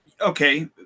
Okay